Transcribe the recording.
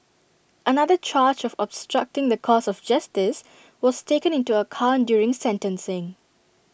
another charge of obstructing the course of justice was taken into account during sentencing